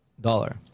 dollar